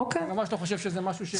אני ממש לא חושב שזה משהו ש --- אוקיי.